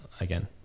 Again